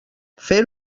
fer